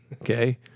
okay